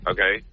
Okay